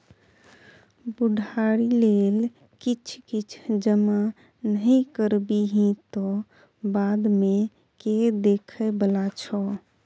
बुढ़ारी लेल किछ किछ जमा नहि करबिही तँ बादमे के देखय बला छौ?